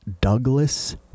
Douglas